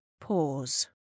pause